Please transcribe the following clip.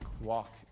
walk